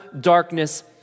darkness